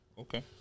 Okay